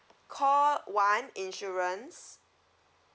call one insurance